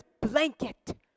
blanket